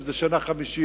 אם זה שנה חמישית,